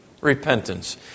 Repentance